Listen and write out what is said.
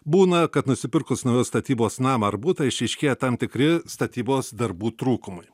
būna kad nusipirkus naujos statybos namą ar butą išryškėja tam tikri statybos darbų trūkumai